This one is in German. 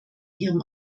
ihrem